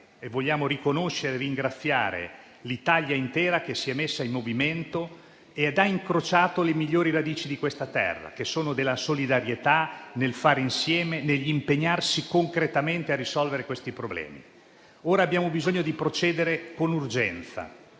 e vogliamo ringraziare l'intero Paese, che si è messo in movimento e ha incrociato le migliori radici di questa terra, che sono quella della solidarietà, del fare insieme e dell'impegnarsi concretamente a risolvere i problemi. Ora abbiamo bisogno di procedere con urgenza